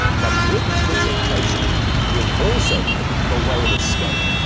but with the temptation will also make the way of escape,